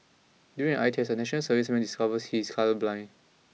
during an eye test a National Serviceman discovers he is colourblind